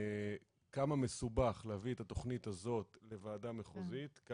כמה מסובך להביא את התכנית הזאת לוועדה מחוזית?